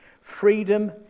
freedom